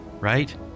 right